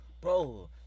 Bro